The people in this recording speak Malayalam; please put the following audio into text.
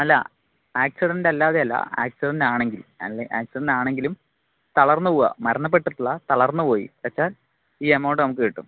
അല്ല ആക്സിഡന്റ് അല്ലാതെ അല്ല ആക്സിഡന്റ് ആണെങ്കിൽ അല്ലെ ആക്സിഡന്റ് ആണെങ്കിലും തളർന്ന് പോകുവ മരണപ്പെട്ടിട്ടില്ല തളർന്നു പോയി വെച്ചാൽ ഈ എമൗണ്ട് നമുക്ക് കിട്ടും